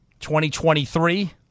2023